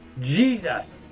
Jesus